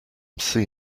see